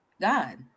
God